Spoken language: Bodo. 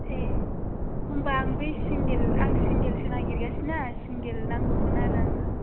ए होम्बा आं बै सिंगोल आं सिंगोलसो नागिरगासिनो ना सिंगोल नांगौमोन आरो आंनो